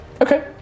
Okay